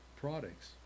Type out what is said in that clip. products